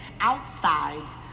outside